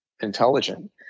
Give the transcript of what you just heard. intelligent